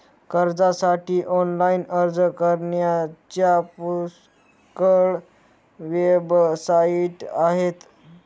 कर्जासाठी ऑनलाइन अर्ज करण्याच्या पुष्कळ वेबसाइट आहेत